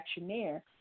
actioneer